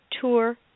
tour